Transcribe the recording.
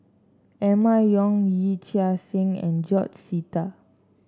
Emma Yong Yee Chia Hsing and George Sita